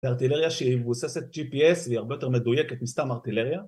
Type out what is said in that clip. ארטילריה שהיא מבוססת gps והיא הרבה יותר מדויקת מסתם ארטילריה